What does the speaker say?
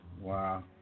Wow